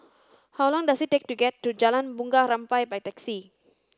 how long does it take to get to Jalan Bunga Rampai by taxi